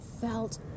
felt